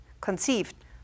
conceived